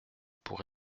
pour